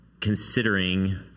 considering